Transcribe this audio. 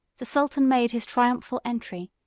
the sultan made his triumphal entry,